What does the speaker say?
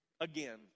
again